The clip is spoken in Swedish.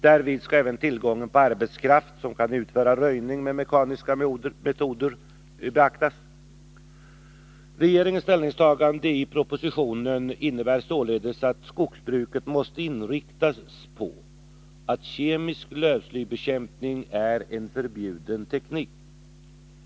Därvid skall även tillgången på arbetskraft som kan utföra röjning med mekaniska metoder beaktas. Regeringens ställningstagande i propositionen innebär således att skogsbruket måste inriktas på att kemisk lövslybekämpning är en förbjuden teknik.